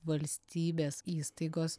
valstybės įstaigos